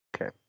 Okay